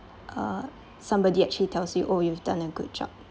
uh somebody actually tells you oh you've done a good job